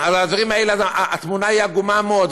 על הדברים, אז התמונה היא עגומה מאוד.